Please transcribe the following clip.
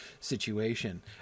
situation